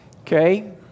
Okay